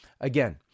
Again